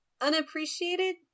unappreciated